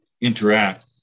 interact